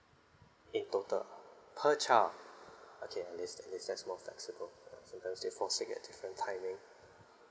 in total per child okay at least that leave is more flexible sometimes they fall sick at different timing